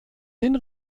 den